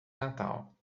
natal